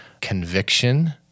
conviction